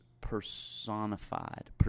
personified